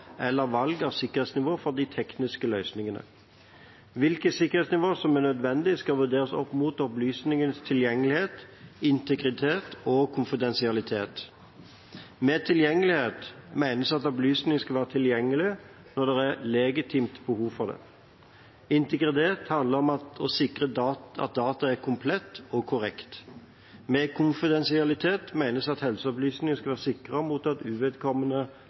eller valg av sikkerhetsnivå for de tekniske løsningene. Hvilket sikkerhetsnivå som er nødvendig, skal vurderes opp mot opplysningenes tilgjengelighet, integritet og konfidensialitet. Med tilgjengelighet menes at opplysningene skal være tilgjengelige når det er et legitimt behov for det. Integritet handler om å sikre at data er komplette og korrekte. Med konfidensialitet menes at helseopplysningene skal være sikret mot at uvedkommende